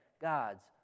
God's